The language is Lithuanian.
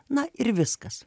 na ir viskas